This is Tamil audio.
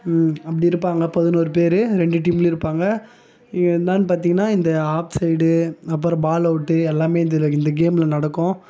அப்படி இருப்பாங்கள் பதினொரு பேரு ரெண்டு டீம்லையும் இருப்பாங்கள் என்னென்னு பார்த்தீங்கனா இந்த ஆப் சைடு அப்புறம் பால் அவுட்டு எல்லாமே இதில் இந்த கேமில் நடக்கும்